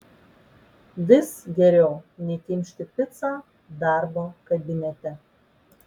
vis geriau nei kimšti picą darbo kabinete